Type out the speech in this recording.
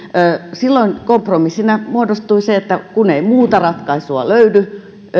silloin kompromissiksi muodostui se kun ei muuta ratkaisua löytynyt